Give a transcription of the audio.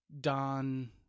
Don